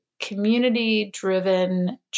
community-driven